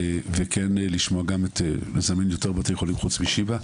וכן לזמן יותר בתי חולים חוץ משיבא,